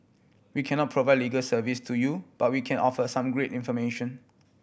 we cannot provide legal advice to you but we can offer some great information